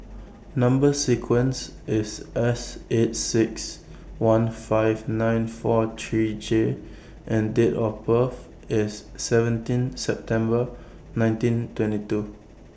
Number sequence IS S eight six one five nine four three J and Date of birth IS seventeen September nineteen twenty two